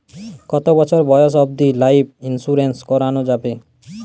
কতো বছর বয়স অব্দি লাইফ ইন্সুরেন্স করানো যাবে?